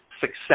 success